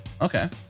Okay